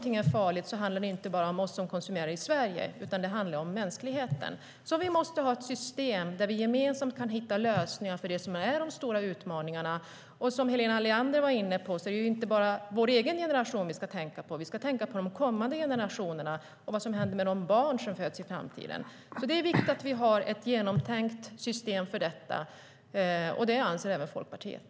Om något är farligt handlar det inte bara om oss i Sverige utan om hela mänskligheten. Vi måste ha ett system där vi gemensamt kan hitta lösningar för de stora utmaningarna. Som Helena Leander var inne på är det inte bara vår egen generation vi ska tänka på. Vi ska tänka på de kommande generationerna och på vad som händer med de barn som föds i framtiden. Det är viktigt att vi har ett genomtänkt system för detta. Det anser även Folkpartiet.